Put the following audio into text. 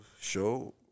show